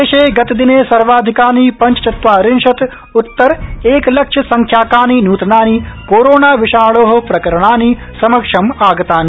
देशे गतदिने सर्वाधिकानि पंचचत्वारिशत् उत्तर एकलक्ष संख्याकानि नूतनानि कोरोणा विषाणोप्रकरणानि समक्षम् आगतानि